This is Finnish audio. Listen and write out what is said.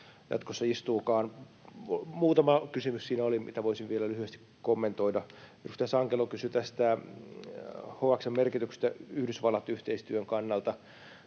jatkossa istuvatkaan. — Muutama kysymys siinä oli, mitä voisin vielä lyhyesti kommentoida. Edustaja Sankelo kysyi HX:n merkityksestä Yhdysvallat-yhteistyön kannalta.